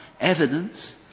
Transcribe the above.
evidence